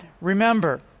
Remember